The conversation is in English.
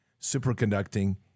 superconducting